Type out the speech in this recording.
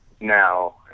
now